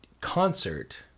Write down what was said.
concert